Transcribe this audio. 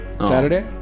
Saturday